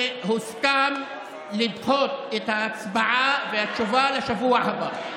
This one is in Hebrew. והוסכם לדחות את ההצבעה והתשובה לשבוע הבא.